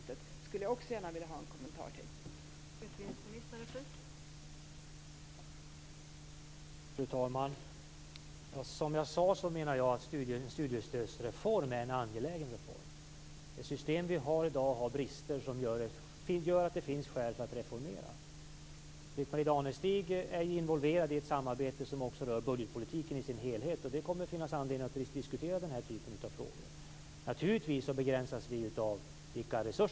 Detta skulle jag också gärna vilja ha en kommentar till.